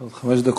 עוד חמש דקות.